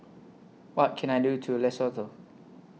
What Can I Do to Lesotho